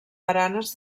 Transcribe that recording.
baranes